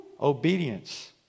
Obedience